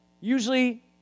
Usually